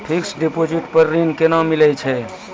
Fixed deposit पर ऋण केना मिलै छै?